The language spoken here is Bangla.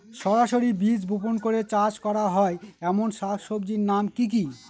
সরাসরি বীজ বপন করে চাষ করা হয় এমন শাকসবজির নাম কি কী?